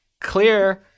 Clear-